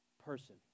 person